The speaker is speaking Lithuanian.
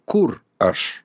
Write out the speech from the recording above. kur aš